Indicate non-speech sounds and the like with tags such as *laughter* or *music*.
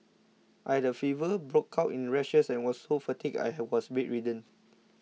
I had a fever broke out in rashes and was so fatigued I *unintelligible* was bedridden